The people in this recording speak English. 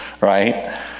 right